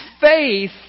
faith